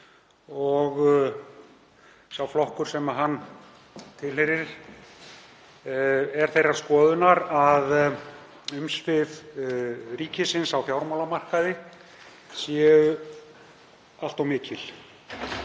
og sá flokkur sem hann tilheyrir þeirrar skoðunar að umsvif ríkisins á fjármálamarkaði séu allt of mikil.